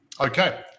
Okay